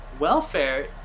welfare